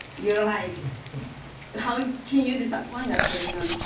you're like how can you disappoint that person?